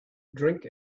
drink